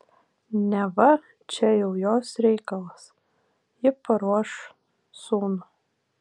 neva čia jau jos reikalas ji paruoš sūnų